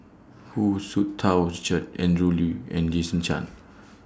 Hu Tsu Tau Richard Andrew Lee and Jason Chan